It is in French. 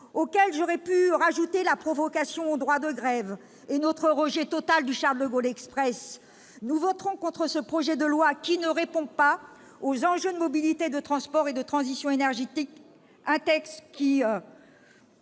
auxquelles j'aurais pu ajouter la provocation faite au droit de grève et notre rejet complet du Charles-de-Gaulle Express, nous voterons contre ce projet de loi qui ne répond pas aux enjeux de mobilité, de transport et de transition énergétique. Ce texte fait